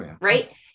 Right